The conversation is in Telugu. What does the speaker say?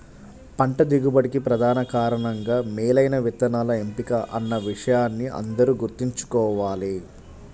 పంట దిగుబడికి ప్రధాన కారణంగా మేలైన విత్తనాల ఎంపిక అన్న విషయాన్ని అందరూ గుర్తుంచుకోవాలి